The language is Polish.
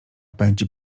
pędzi